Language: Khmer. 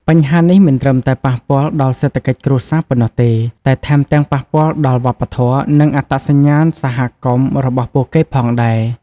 បញ្ហានេះមិនត្រឹមតែប៉ះពាល់ដល់សេដ្ឋកិច្ចគ្រួសារប៉ុណ្ណោះទេ តែថែមទាំងប៉ះពាល់ដល់ វប្បធម៌ និងអត្តសញ្ញាណសហគមន៍ របស់ពួកគេផងដែរ។